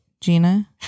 Gina